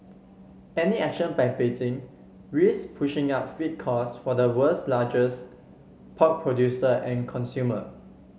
any action by Beijing risk pushing up feed costs for the world's largest pork producer and consumer